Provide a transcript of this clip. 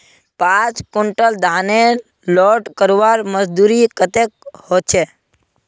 पाँच कुंटल धानेर लोड करवार मजदूरी कतेक होचए?